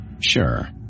Sure